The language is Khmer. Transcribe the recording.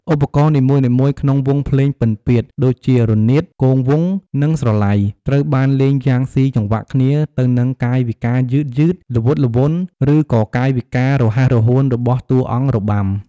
ឧបករណ៍នីមួយៗក្នុងវង់ភ្លេងពិណពាទ្យ ដូចជារនាត គងវង់ និងស្រឡៃ ត្រូវបានលេងយ៉ាងស៊ីចង្វាក់គ្នាទៅនឹងកាយវិការយឺតៗ ល្វត់ល្វន់ ឬក៏កាយវិការរហ័សរហួនរបស់តួអង្គរបាំ។